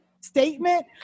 statement